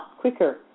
quicker